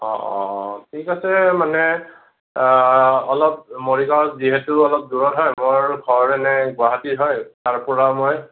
অ' অ' ঠিক আছে মানে অলপ মৰিগাঁও যিহেতু অলপ দূৰত হয় মোৰ ঘৰ এনে গুৱাহাটীত হয় তাৰ পৰা মই